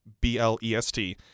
B-L-E-S-T